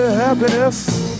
happiness